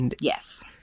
Yes